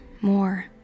more